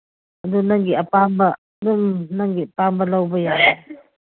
ꯑꯗꯨ ꯅꯪꯒꯤ ꯑꯄꯥꯝꯕ ꯑꯗꯨꯝ ꯅꯪꯒꯤ ꯑꯄꯥꯝꯕ ꯂꯧꯕ ꯌꯥꯏ